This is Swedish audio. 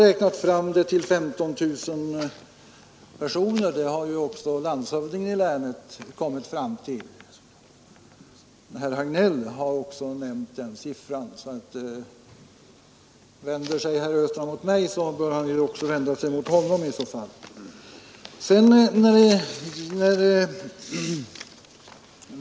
Siffran 15 000 personer har även landshövding Hagnell nämnt. Om herr Östrand vänder sig mot mig, bör han vända sig också mot honom.